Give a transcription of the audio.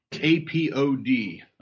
A-P-O-D